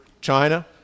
China